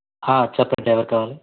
చెప్పండి ఎవరు కావాలి